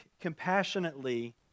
compassionately